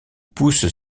poussent